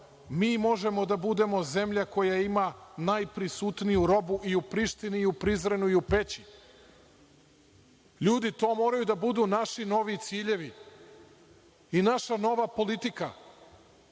mi možemo da budemo zemlja koja ima najprisutniju robu i u Prištini, i u Prizrenu i u Peći. Ljudi, to moraju da budu naši novi ciljevi i naša nova politika.